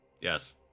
Yes